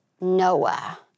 Noah